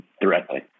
directly